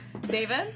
David